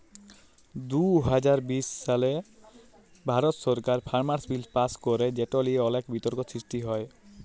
দু হাজার বিশ সালে ভারত সরকার ফার্মার্স বিল পাস্ ক্যরে যেট লিয়ে অলেক বিতর্ক সৃষ্টি হ্যয়